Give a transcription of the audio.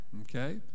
Okay